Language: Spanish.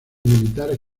militares